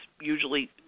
usually